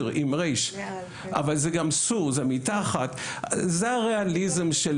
עם ריש, אבל זה גם סור, זה מתחת, זה הראליזם של